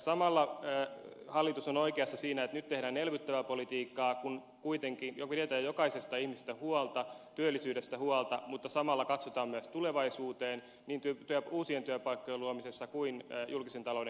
samalla hallitus on oikeassa siinä että nyt tehdään elvyttävää politiikkaa kun kuitenkin pidetään jokaisesta ihmisestä huolta työllisyydestä huolta mutta samalla katsotaan myös tulevaisuuteen niin uusien työpaikkojen luomisessa kuin julkisen talouden kestävyydessä